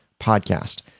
podcast